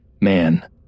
man